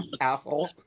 Asshole